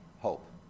hope